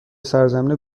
سرزمین